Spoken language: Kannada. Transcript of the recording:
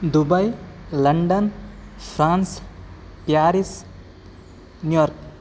Dubai London France Paris New York